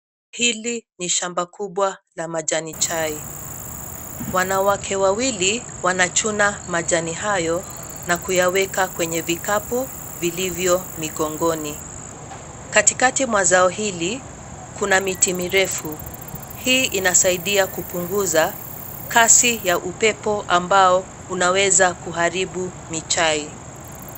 Hili ni shamba kubwa la majani chai. Wanawake wawili wanachuna majani hayo na kuyaweka kwenye vikapu vilivyo migongoni. Katikati mwa zao hili kuna miti mirefu, hii inasaidia kupunguza kasi ya upepo ambao unaweza kuharibu michai.